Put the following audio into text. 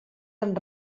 han